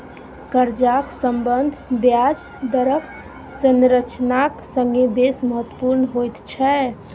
कर्जाक सम्बन्ध ब्याज दरक संरचनाक संगे बेस महत्वपुर्ण होइत छै